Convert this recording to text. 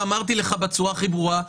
אמרתי לך בצורה הכי ברורה.